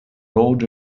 road